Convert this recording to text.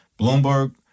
Bloomberg